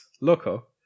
Loco